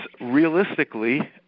realistically